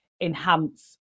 enhance